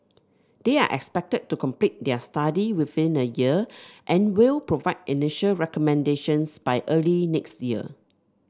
they are expected to complete their study within a year and will provide initial recommendations by early next year